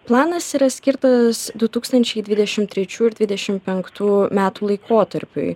planas yra skirtas du tūkstančiai dvidešim trečių ir dvidešim penktų metų laikotarpiui